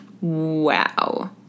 Wow